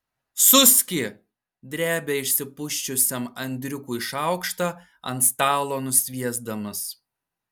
suski drebia išsipusčiusiam andriukui šaukštą ant stalo nusviesdamas